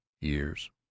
years